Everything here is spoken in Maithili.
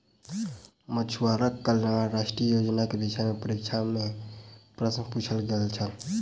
मछुआरा कल्याण राष्ट्रीय योजना के विषय में परीक्षा में प्रश्न पुछल गेल छल